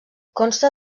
consta